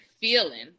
feeling